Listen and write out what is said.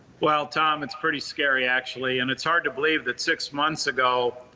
well tom. it's pretty scary actually, and it's hard to believe that six months ago,